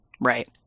Right